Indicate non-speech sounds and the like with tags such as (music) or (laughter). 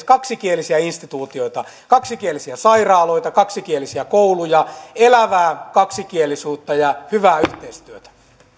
(unintelligible) kaksikielisiä instituutioita kaksikielisiä sairaaloita kaksikielisiä kouluja elävää kaksikielisyyttä ja hyvää yhteistyötä arvoisa